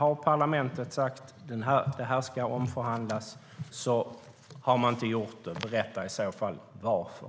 Om parlamentet har sagt att något ska omförhandlas och man sedan inte har gjort det ska man i så fall berätta varför.